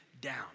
down